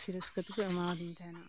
ᱥᱚᱨᱮᱥ ᱠᱷᱟᱹᱛᱤᱨᱠᱚ ᱮᱢᱟᱣᱟᱫᱤᱧ ᱛᱟᱦᱮᱱᱟ